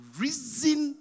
reason